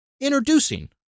introducing